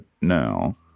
now